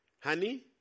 honey